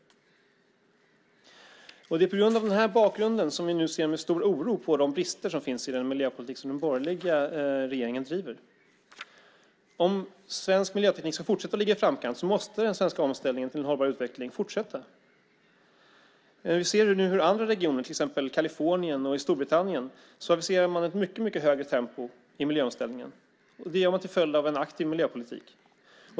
Det är på grund av denna bakgrund som vi med stor oro ser på de brister som finns i den miljöpolitik som den borgerliga regeringen driver. Om svensk miljöteknik ska fortsätta att ligga i framkant måste den svenska omställningen till en hållbar utveckling fortsätta. Vi ser hur andra regioner, till exempel Kalifornien och Storbritannien, aviserar ett mycket högre tempo i miljöomställningen. Det gör man till följd av en aktiv miljöpolitik.